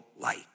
light